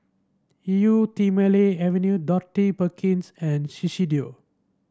Eau Thermale Avene Dorothy Perkins and Shiseido